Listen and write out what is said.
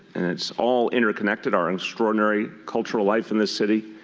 and it's all interconnected. our extraordinary cultural live in this city.